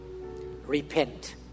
Repent